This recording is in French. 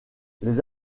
les